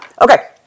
Okay